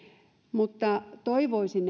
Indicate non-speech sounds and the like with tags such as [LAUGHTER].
mutta toivoisin [UNINTELLIGIBLE]